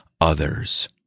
others